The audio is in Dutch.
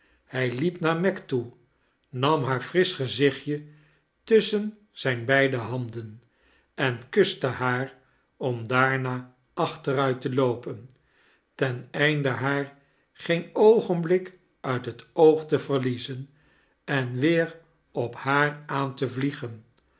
hij liep naar meg toe nam haar frisch gezichtje tusschen zijne beide handen en kuste haar om daarna achteruit te loopen ten einde haar geen oogenblik uit het oog te verliezen en weer op haar aan te vliegen